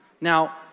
Now